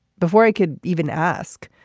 before i could even ask.